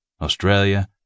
Australia